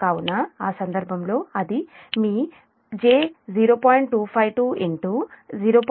కావున ఆ సందర్భంలో అది మీ j0